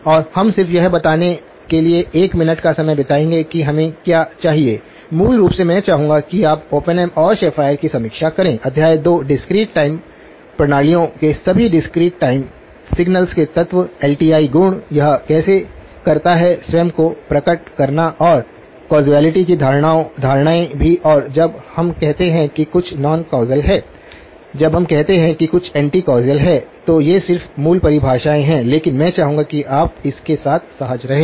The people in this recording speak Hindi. और हम सिर्फ यह बताने के लिए एक मिनट का समय बिताएंगे कि हमें क्या चाहिए मूल रूप से मैं चाहूँगा कि आप ओपेनहेम और शेफ़र की समीक्षा करें अध्याय 2 डिस्क्रीट टाइम प्रणालियों के सभी डिस्क्रीट टाइम सिग्नल्स के तत्व एलटीआई गुण यह कैसे करता है स्वयं को प्रकट करना और कौसालिटी की धारणाएँ भी और जब हम कहते हैं कि कुछ नॉन कौसल है जब हम कहते हैं कि कुछ फिर एंटी कौसल है तो ये सिर्फ मूल परिभाषाएँ हैं लेकिन मैं चाहूंगा कि आप इसके साथ सहज रहें